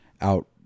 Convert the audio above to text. out